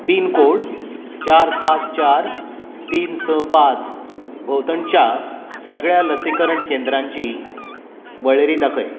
पीन code चार सात चार तीन स पाच भोंवतणच्या सगळ्या लसीकरण केंद्राची वळेरी दाखय